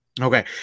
Okay